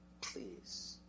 please